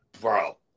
bro